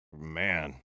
man